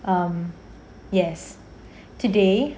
um yes today